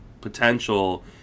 potential